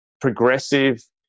progressive